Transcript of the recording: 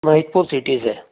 Mahakpur city से